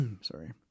Sorry